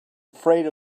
afraid